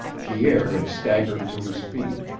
pierre had staggered to his feet.